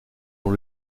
dans